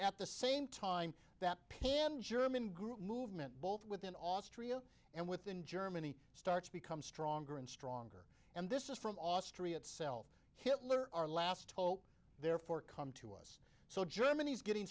at the same time that plan german group movement both within austria and within germany start to become stronger and stronger and this is from austria itself hitler our last therefore come to us so germany is getting